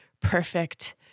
perfect